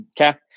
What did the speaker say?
Okay